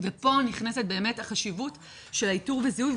ופה נכנסת באמת החשיבות של האיתור וזיהוי,